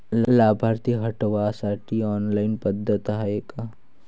लाभार्थी हटवासाठी ऑनलाईन पद्धत हाय का?